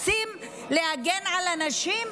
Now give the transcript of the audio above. רוצים להגן על הנשים?